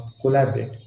collaborate